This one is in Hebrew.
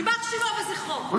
יימח שמו וזכרו.